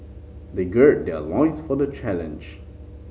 they gird their loins for the challenge